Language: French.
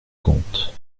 compte